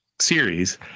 series